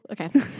okay